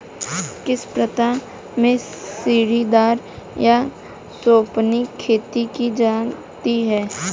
किस प्रांत में सीढ़ीदार या सोपानी खेती की जाती है?